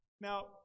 Now